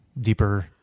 deeper